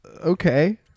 okay